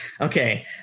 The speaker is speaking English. Okay